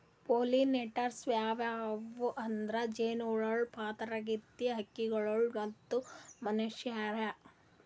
pollinators ಯಾವ್ಯಾವ್ ಅಂದ್ರ ಜೇನಹುಳ, ಪಾತರಗಿತ್ತಿ, ಹಕ್ಕಿಗೊಳ್ ಮತ್ತ್ ಮನಶ್ಯಾರ್